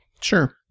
Sure